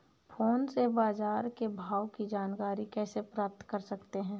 Phone से बाजार के भाव की जानकारी कैसे प्राप्त कर सकते हैं?